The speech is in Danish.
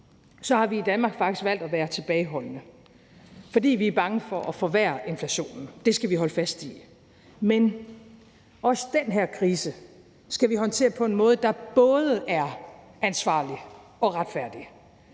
har vi i Danmark faktisk valgt at være tilbageholdende, fordi vi er bange for at forværre inflationen. Det skal vi holde fast i. Men også den her krise skal vi håndtere på en måde, der både er ansvarlig og retfærdig